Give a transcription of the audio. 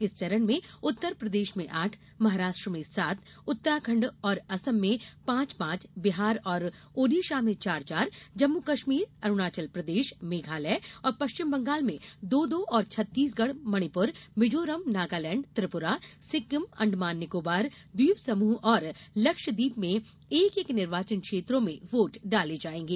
इस चरण में उत्तरप्रदेश में आठ महाराष्ट्र में सात उत्तराखंड और असम में पांच पांच बिहार और ओडिशा में चार चार जम्मू कश्मीर अरुणाचल प्रदेश मेघालय और पश्चिम बंगाल में दो दो और छत्तीसगढ़ मणिपुर मिजोरम नगालैंड त्रिपुरा सिक्किम अंडमान निकोबार द्वीप समूह और लक्षद्वीप में एक एक निर्वाचन क्षेत्रों में वोट डाले जाएंगे